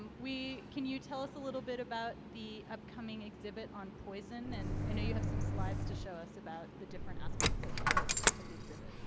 can you tell us a little bit about the upcoming exhibit on poison? and i know you have some slides to show us about the different aspects of the of the exhibit.